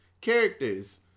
characters